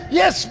yes